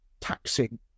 taxing